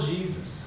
Jesus